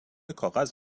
کاغذ